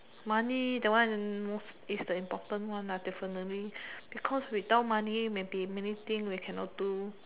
money that one is the important one lah definitely because without money maybe many thing we cannot do